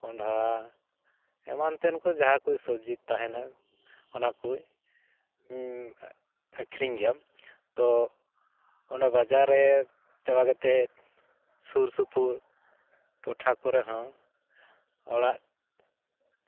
ᱠᱚᱸᱰᱷᱟ ᱮᱢᱟᱱᱛᱮᱱ ᱠᱚ ᱡᱟᱦᱟᱸ ᱠᱚ ᱥᱚᱵᱡᱤ ᱛᱟᱦᱮᱱᱟ ᱚᱱᱟ ᱠᱚ ᱩᱸᱻ ᱟᱹᱠᱷᱨᱤᱧ ᱜᱮᱭᱟ ᱛᱚ ᱚᱱᱟ ᱵᱟᱡᱟᱨ ᱨᱮ ᱪᱟᱵᱟ ᱠᱟᱛᱮ ᱥᱩᱨᱼᱥᱩᱯᱩᱨ ᱴᱚᱴᱷᱟ ᱠᱚᱨᱮ ᱦᱚᱸ ᱚᱲᱟᱜ